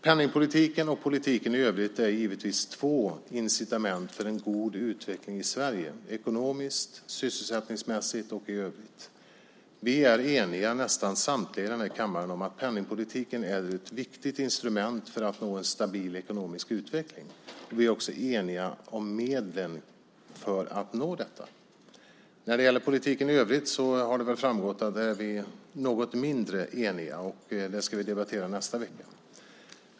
Penningpolitiken och politiken i övrigt är givetvis två incitament för en god utveckling i Sverige - ekonomiskt, sysselsättningsmässigt och i övrigt. Vi är eniga, nästan samtliga i den här kammaren, om att penningpolitiken är ett viktigt instrument för att nå en stabil ekonomisk utveckling. Vi är också eniga om medlen för att nå detta. När det gäller politiken i övrigt har det väl framgått att vi är något mindre eniga. Det ska vi debattera nästa vecka.